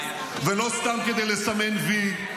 ולא סתם כדי לסמן וי,